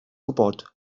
gwybod